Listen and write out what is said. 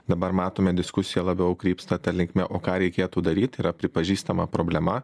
dabar matome diskusija labiau krypsta ta linkme o ką reikėtų daryt yra pripažįstama problema